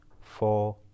four